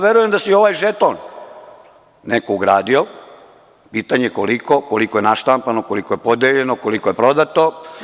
Verujem da su i ovaj žeton, neko ugradio, pitanje koliko, koliko je naštampano, koliko je podeljeno, koliko je prodato.